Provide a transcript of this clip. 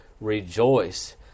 rejoice